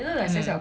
mm